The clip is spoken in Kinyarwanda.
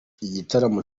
igitaramo